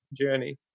journey